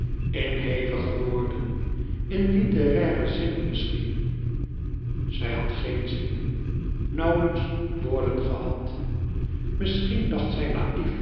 in hevige woorden in litteraire zinnen misschien zij had geen zinnen nauwlijks woorden gehad misschien dacht zij naief